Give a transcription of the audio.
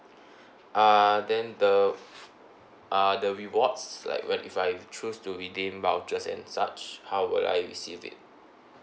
uh then the uh the rewards like when if I choose to redeem vouchers and such how would I receive it